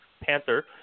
Panther